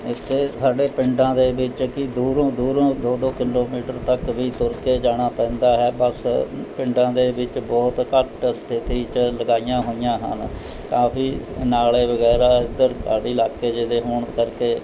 ਇੱਥੇ ਸਾਡੇ ਪਿੰਡਾਂ ਦੇ ਵਿੱਚ ਕਿ ਦੂਰੋਂ ਦੂਰੋਂ ਦੋ ਦੋ ਕਿਲੋਮੀਟਰ ਤੱਕ ਵੀ ਤੁਰ ਕੇ ਜਾਣਾ ਪੈਂਦਾ ਹੈ ਬੱਸ ਅ ਪਿੰਡਾਂ ਦੇ ਵਿੱਚ ਬਹੁਤ ਘੱਟ ਸਥਿਤੀ 'ਚ ਲਗਾਈਆਂ ਹੋਈਆਂ ਹਨ ਕਾਫੀ ਨਾਲੇ ਵਗੈਰਾ ਇਧਰ ਪਹਾੜੀ ਇਲਾਕੇ ਜਿਹੇ ਦੇ ਹੋਣ ਕਰਕੇ